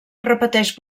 repeteix